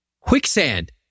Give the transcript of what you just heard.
Quicksand